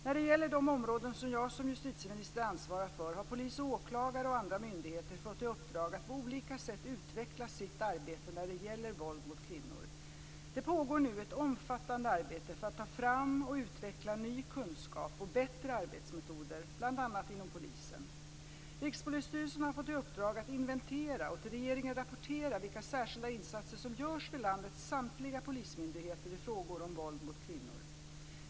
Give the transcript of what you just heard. När det gäller de områden som jag som justitieminister ansvarar för har polis och åklagare och andra myndigheter fått i uppdrag att på olika sätt utveckla sitt arbete när det gäller våld mot kvinnor. Det pågår nu ett omfattande arbete för att ta fram och utveckla ny kunskap och bättre arbetsmetoder, bl.a. inom polisen. Rikspolisstyrelsen har fått i uppdrag att inventera och till regeringen rapportera vilka särskilda insatser som görs vid landets samtliga polismyndigheter i frågor om våld mot kvinnor.